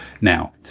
now